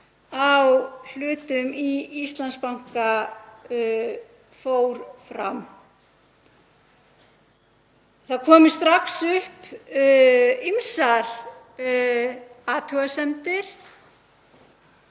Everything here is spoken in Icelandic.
á hlutum í Íslandsbanka fór fram. Það komu strax upp ýmsar athugasemdir